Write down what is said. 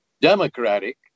democratic